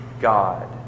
God